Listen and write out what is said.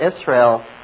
Israel